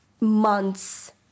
months